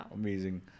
Amazing